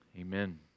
Amen